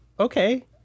Okay